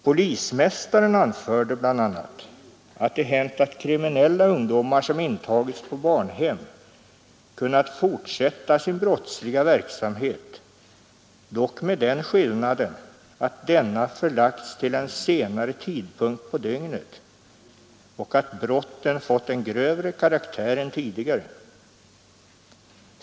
Polismästaren sade bl.a. att det hänt att kriminella ungdomar som intagits på barnhem kunnat fortsätta sin brottsliga verksamhet, dock med den skillnaden att denna förlagts till en senare tidpunkt på dygnet och att brotten fått en grövre karaktär än tidigare.